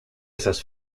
esas